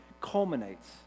culminates